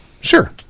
Sure